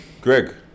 Greg